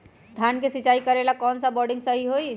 धान के सिचाई करे ला कौन सा बोर्डिंग सही होई?